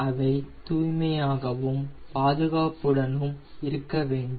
அவை தூய்மையாகவும் பாதுகாப்புடனும் இருக்க வேண்டும்